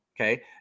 Okay